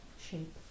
shape